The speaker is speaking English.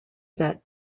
that